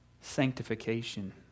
sanctification